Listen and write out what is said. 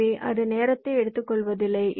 எனவே அது நேரத்தை எடுத்துக்கொள்வதில்லை